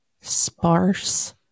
sparse